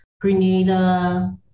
Grenada